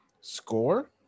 Score